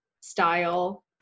style